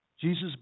Jesus